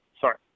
Sorry